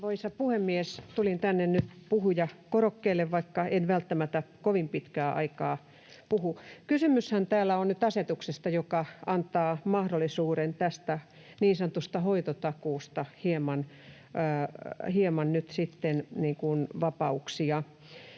Tulin nyt tänne puhujakorokkeelle, vaikka en välttämättä kovin pitkää aikaa puhu. Kysymyshän täällä on nyt asetuksesta, joka antaa nyt mahdollisuuden hieman vapauksiin tässä niin sanotussa hoitotakuussa. Niin, arvoisa